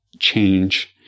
change